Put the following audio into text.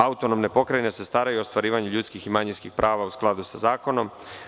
Autonomne pokrajine se staraju o ostvarivanju ljudskih i manjinskih prava u skladu sa zakonom.